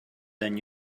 than